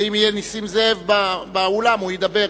ואם יהיה נסים זאב באולם הוא ידבר,